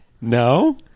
No